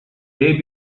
they